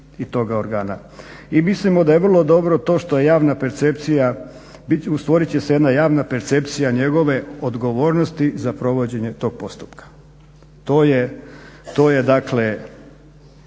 i toga organa. I mislimo da je vrlo dobro to što je javna percepcija, stvorit će se jedna javna percepcija njegove odgovornosti za provođenje tog postupka. To je dakle